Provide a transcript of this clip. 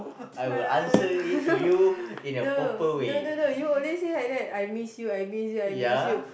no no no no you only say like that I miss you I miss you I miss you